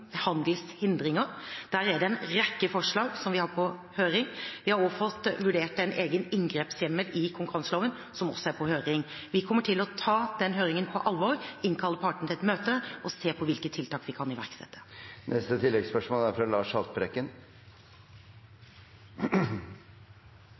på høring. Vi har også fått vurdert en egen inngrepshjemmel i konkurranseloven som også er på høring. Vi kommer til å ta den høringen på alvor, innkalle partene til et møte og se på hvilke tiltak vi kan iverksette. Lars Haltbrekken – til oppfølgingsspørsmål. Vi har i denne utspørringen fått vist at det kastes store mengder mat også i Norge. Dette er